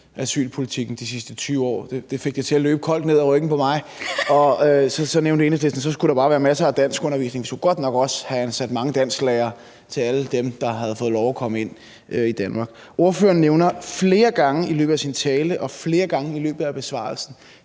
bestemt asylpolitikken de sidste 20 år – det fik det til at løbe koldt ned ad ryggen på mig – skulle der bare være masser af danskundervisning. Vi skulle godt nok også have ansat mange dansklærere til alle dem, der havde fået lov at komme ind i Danmark. Ordføreren nævner flere gange i løbet af sin tale og flere gange i løbet af besvarelsen